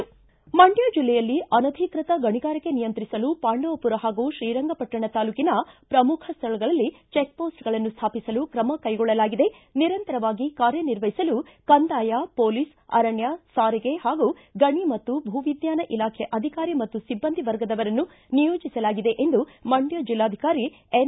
ಮಂಡ್ನ ಜಿಲ್ಲೆಯಲ್ಲಿ ಅನಧಿಕೃತ ಗಣಿಗಾರಿಕೆ ನಿಯಂತ್ರಿಸಲು ಪಾಂಡವಪುರ ಹಾಗೂ ಶ್ರೀರಂಗಪಟ್ಟಣ ತಾಲ್ಲೂಕಿನ ಪ್ರಮುಖ ಸ್ವಳಗಳಲ್ಲಿ ಚೆಕ್ ಪೋಸ್ವಗಳನ್ನು ಸ್ವಾಪಿಸಲು ಕ್ರಮ ಕ್ರೈಗೊಳ್ಳಲಾಗಿದೆ ನಿರಂತರವಾಗಿ ಕಾರ್ಯ ನಿರ್ವಹಿಸಲು ಕಂದಾಯ ಪೊಲೀಸ್ ಅರಣ್ಯ ಸಾರಿಗೆ ಹಾಗೂ ಗಣಿ ಮತ್ತು ಭೂವಿಜ್ಞಾನ ಇಲಾಖೆ ಅಧಿಕಾರಿ ಮತ್ತು ಸಿಬ್ಬಂದಿ ವರ್ಗದವರನ್ನು ನಿಯೋಜಿಸಲಾಗಿದೆ ಎಂದು ಮಂಡ್ಕ ಜಿಲ್ಲಾಧಿಕಾರಿ ಎನ್